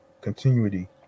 Continuity